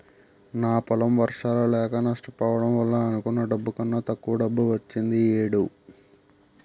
నా పొలం వర్షాలు లేక నష్టపోవడం వల్ల అనుకున్న డబ్బు కన్నా తక్కువ డబ్బు వచ్చింది ఈ ఏడు